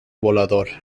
volador